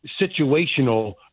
situational